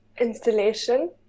installation